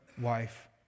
wife